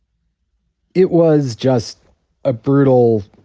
it was just a brutal